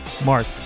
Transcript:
Mark